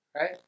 right